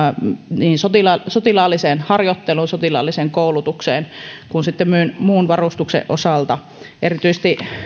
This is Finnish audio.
niin sotilaalliseen harjoitteluun sotilaalliseen koulutukseen kuin sitten muun varustuksen osalta erityisesti